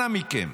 אנא מכם.